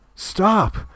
Stop